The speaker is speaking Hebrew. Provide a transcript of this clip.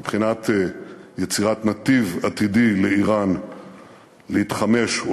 מבחינת יצירת נתיב עתידי לאיראן להתחמש או